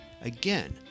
Again